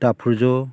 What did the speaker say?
दाफुरज'